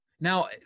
Now